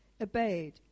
obeyed